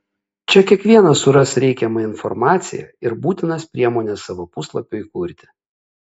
čia kiekvienas suras reikiamą informaciją ir būtinas priemones savo puslapiui kurti